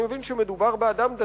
אני מבין שמדובר באדם דתי,